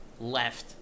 left